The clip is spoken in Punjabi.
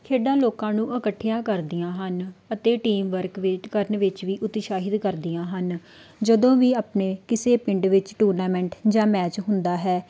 ਖੇਡਾਂ ਲੋਕਾਂ ਨੂੰ ਇਕੱਠਿਆਂ ਕਰਦੀਆਂ ਹਨ ਅਤੇ ਟੀਮ ਵਰਕ ਵੇਟ ਕਰਨ ਵਿੱਚ ਵੀ ਉਤਸਾਹਿਤ ਕਰਦੀਆਂ ਹਨ ਜਦੋਂ ਵੀ ਆਪਣੇ ਕਿਸੇ ਪਿੰਡ ਵਿੱਚ ਟੂਰਨਾਮੈਂਟ ਜਾਂ ਮੈਚ ਹੁੰਦਾ ਹੈ